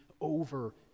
over